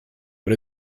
but